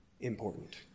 important